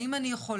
האם אני יכולה,